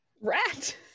rat